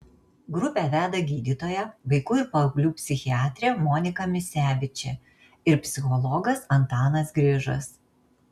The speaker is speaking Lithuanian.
grupę veda gydytoja vaikų ir paauglių psichiatrė monika misevičė ir psichologas antanas grižas